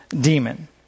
demon